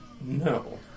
No